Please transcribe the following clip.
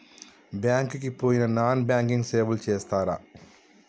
Bank కి పోయిన non banking సేవలు చేస్తరా?